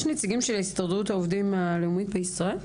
יש נציגים של הסתדרות העובדים הלאומית בישראל?